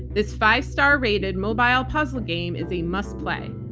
this five star-rated mobile puzzle game is a must play.